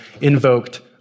invoked